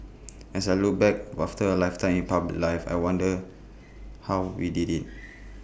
as I look back after A lifetime in public life I wonder how we did IT